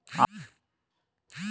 आंब्याच्या जाती किती आहेत?